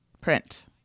print